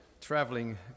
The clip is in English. traveling